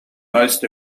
most